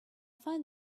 find